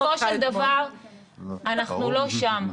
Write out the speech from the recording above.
בסופו של דבר אנחנו לא שם,